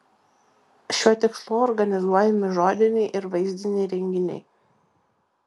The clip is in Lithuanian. šiuo tikslu organizuojami žodiniai ir vaizdiniai renginiai